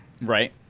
Right